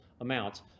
amounts